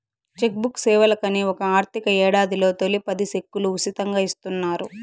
check book సేవలకని ఒక ఆర్థిక యేడాదిలో తొలి పది సెక్కులు ఉసితంగా ఇస్తున్నారు